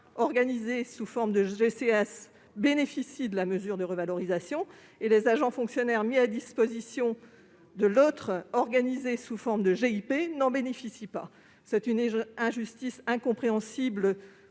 organisé sous forme de GCS, bénéficient de la mesure de revalorisation, tandis que les agents fonctionnaires mis à disposition de l'autre, organisé sous forme de GIP, n'en bénéficient pas. Il s'agit, selon nous, d'une injustice incompréhensible